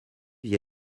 vit